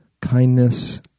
kindness